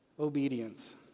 obedience